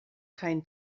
kein